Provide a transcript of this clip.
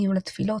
ניהול התפילות,